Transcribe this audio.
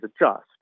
adjust